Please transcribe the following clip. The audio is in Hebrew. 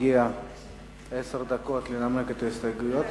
מגיעות עשר דקות לנמק את ההסתייגויות.